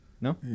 No